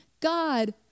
God